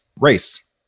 race